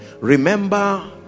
Remember